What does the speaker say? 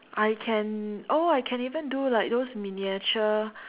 I can oh I can even do like those miniature